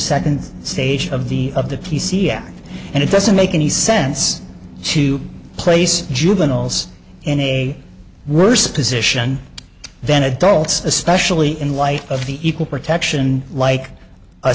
second stage of the of the p c m and it doesn't make any sense to place juveniles in a worse position than adults especially in light of the equal protection like a